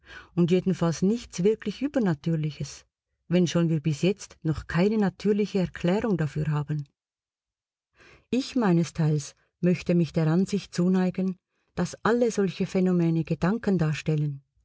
und jedenfalls nichts wirklich übernatürliches wenn schon wir bis jetzt noch keine natürliche erklärung dafür haben ich meinesteils möchte mich der ansicht zuneigen daß alle solche phänomene gedanken darstellen